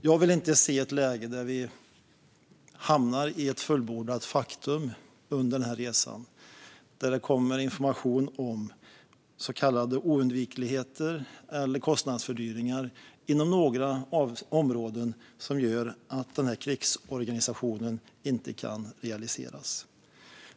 Jag vill inte att vi under denna resa hamnar i ett läge där vi står inför fullbordat faktum, där det kommer information om så kallade oundvikligheter eller kostnadsfördyringar inom några områden som gör att krigsorganisationen inte kan realiseras.